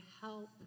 help